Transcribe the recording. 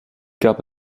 gab